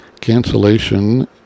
cancellation